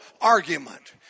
argument